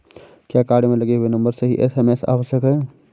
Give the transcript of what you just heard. क्या कार्ड में लगे हुए नंबर से ही एस.एम.एस आवश्यक है?